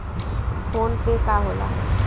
PhonePe का होला?